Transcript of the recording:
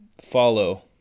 follow